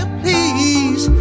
please